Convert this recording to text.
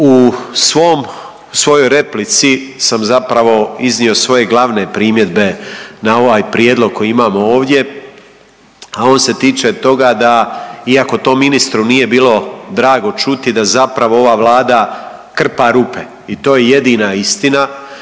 U svojoj replici sam zapravo iznio svoje glavne primjedbe na ovaj prijedlog koji imamo ovdje, a on se tiče toga da iako to ministru nije bilo drago čuti da zapravo ova Vlada krpa rupe i to je jedina istina